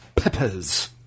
Peppers